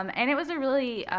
um and it was a really,